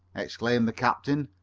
exclaimed the captain.